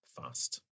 Fast